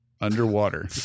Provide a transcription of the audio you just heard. underwater